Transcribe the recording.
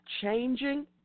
changing